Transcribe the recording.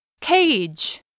Cage